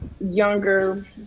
younger